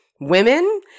women